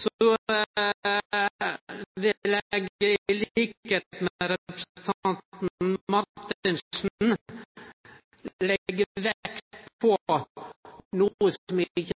Så har jeg i likhet